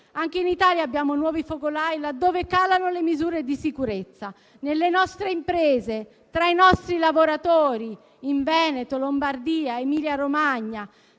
Anche in Italia abbiamo nuovi focolai laddove calano le misure di sicurezza: nelle nostre imprese, tra i nostri lavoratori, in Veneto, Lombardia, Emilia-Romagna